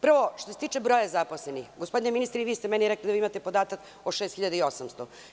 Prvo, što se tiče broja zaposlenih, gospodine ministre, vi ste meni rekli da imate podatak o 6.800.